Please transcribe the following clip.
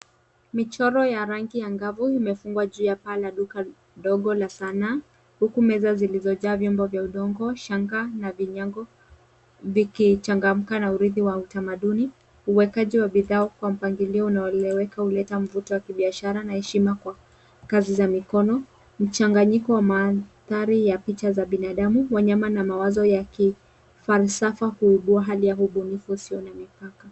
Michoro ya rangi angavu imefungwa juu ya paa la duka ndogo la sanaa huku meza zilizojaa vyombo vya urembo shanga na vinyango vikichangamka na uridhi wa utamaduni, uwekaji wa bidhaa kwa mpangilio inayoeleweka huleta mvuto wa kibiashara na heshima kwa kazi za mikono, mchanganyiko wa mandhari ya picha za binadamu, wanyama na mawazo ya akili. Farsafa uhibua hali ya ubunifu isiyo na mikaka.